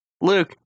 Luke